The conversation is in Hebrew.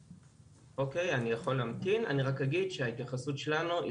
אני יכול להמתין אני רק אגיד שההתייחסות שלנו היא